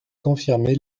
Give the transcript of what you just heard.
confirmé